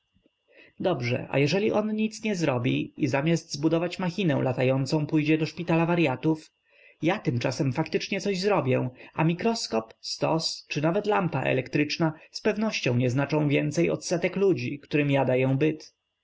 dobrze a jeżeli on nic nie zrobi i zamiast zbudować machinę latającą pójdzie do szpitala waryatów ja tymczasem faktycznie coś zrobię a mikroskop stos czy nawet lampa elektryczna zpewnością nie znaczą więcej od setek ludzi którym ja daję byt